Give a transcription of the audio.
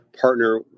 partner